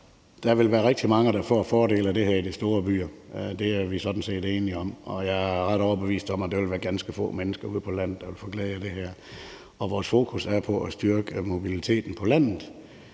der vil være rigtig mange, der får fordele af det her i de store byer. Det er vi sådan set enige om, og jeg er ret overbevist om, at det ville være ganske få mennesker ude på landet, der vil få glæde af det her. Vores fokus er på at styrke mobiliteten på landet